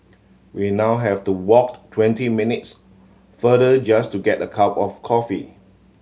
we now have to walk twenty minutes farther just to get a cup of coffee